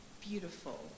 beautiful